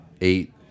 eight